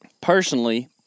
personally